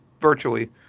virtually